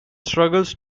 struggles